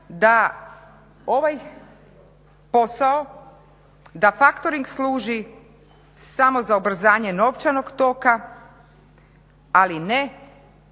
da ovaj posao, da factoring služi samo za ubrzanje novčanog toka, ali ne